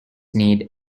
need